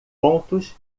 pontos